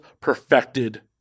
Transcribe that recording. perfected